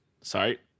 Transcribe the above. sorry